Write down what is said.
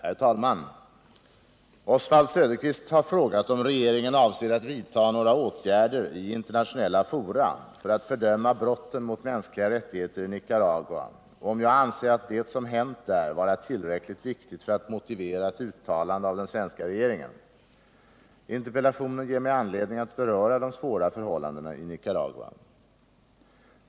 Herr talman! Oswald Söderqvist har frågat om regeringen avser att vidta några åtgärder i internationella fora för att fördöma brotten mot mänskliga rättigheter i Nicaragua och om jag anser det som hänt där vara tillräckligt viktigt för att motivera ett uttalande av den svenska regeringen. Interpellationen ger mig anledning att beröra de svåra förhållandena i Nicaragua.